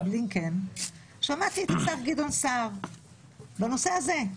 בלינקן שמעתי את השר גדעון סער בנושא הזה.